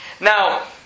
now